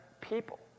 people